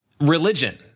religion